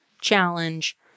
challenge